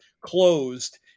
closed